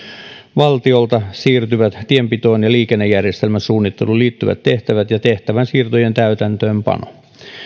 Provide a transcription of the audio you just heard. valtiolta siirtyvät tienpitoon ja liikennejärjestelmäsuunnitteluun liittyvät tehtävät ja tehtävänsiirtojen täytäntöönpano